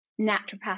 naturopath